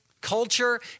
culture